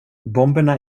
bomberna